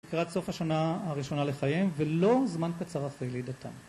לקראת סוף השנה הראשונה לחיים ולא זמן קצר אחרי לידתם